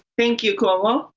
thank you paul. ah